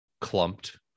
clumped